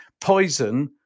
poison